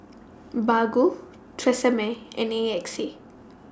Baggu Tresemme and A X A